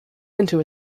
into